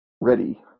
ready